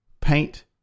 paint